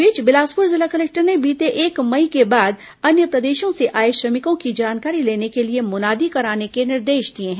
इस बीच बिलासपुर जिला कलेक्टर ने बीते एक मई के बाद अन्य प्रदेशों से आए श्रमिकों की जानकारी लेने के लिए मुनादी कराने के निर्देश दिए हैं